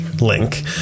link